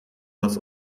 loss